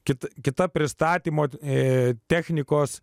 kit kita pristatymo e technikos